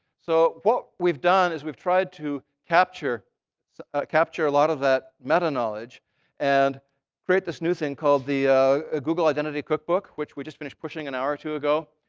so what we've done is we've tried to capture capture a lot of that meta-knowledge and create this new thing called the ah google identity cookbook, which we just finished pushing an hour or two ago.